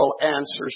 answers